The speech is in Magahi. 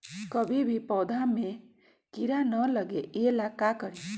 कभी भी पौधा में कीरा न लगे ये ला का करी?